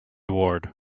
ward